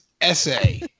essay